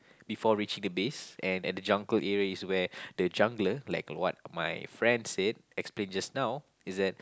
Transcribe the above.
before reaching the base and at the jungle area is where the jungler like what my friend said explain just now is that